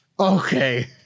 Okay